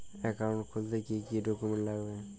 Account খুলতে কি কি ডকুমেন্ট লাগবে?